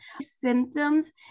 Symptoms